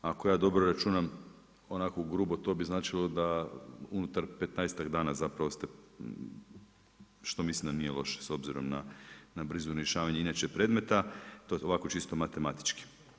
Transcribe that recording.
Ako ja dobro računam, onako ugrubo, to bi značilo, da unutar 15-tak dana zapravo ostaje što mislim da nije loše, s obzirom na brzinu rješavanje inače predmeta, to je ovako čisto matematički.